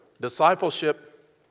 Discipleship